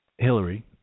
Hillary